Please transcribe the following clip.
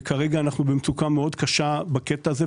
כרגע אנחנו במצוקה קשה מאוד בקטע הזה.